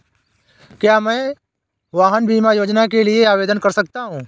क्या मैं वाहन बीमा योजना के लिए आवेदन कर सकता हूँ?